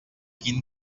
quin